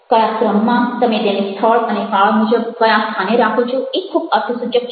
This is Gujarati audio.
કયા ક્રમમાં તમે તેને સ્થળ અને કાળ મુજબ ક્યા સ્થાને રાખો છો આ ખૂબ અર્થસૂચક છે